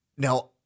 Now